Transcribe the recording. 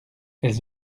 elles